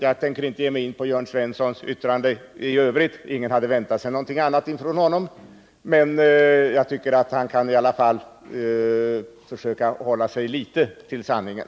Jag tänker inte ge mig in på Jörn Svenssons anförande i övrigt — ingen hade väntat sig någonting annat från honom — men jag tycker att han i alla fall kan försöka hålla sig litet till sanningen.